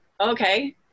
okay